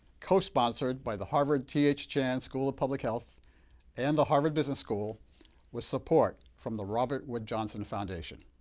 co-sponsored by the harvard t h. chan school of public health and the harvard business school with support from the robert wood johnson foundation.